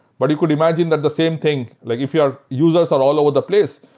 but you could imagine that the same thing, like if your users are all over the place,